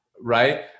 right